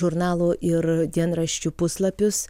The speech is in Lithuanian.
žurnalų ir dienraščių puslapius